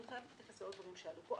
אני חייבת להתייחס לעוד דברים שעלו פה.